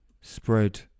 spread